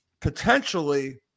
potentially